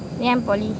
ngee ann poly